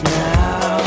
now